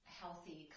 healthy